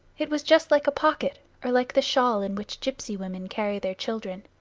it was just like a pocket, or like the shawl in which gipsy women carry their children.